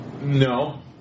no